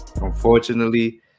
unfortunately